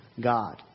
God